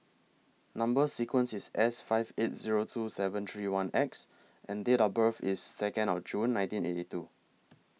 Number sequence IS S five eight Zero two seven three one X and Date of birth IS Second of June nineteen eighty two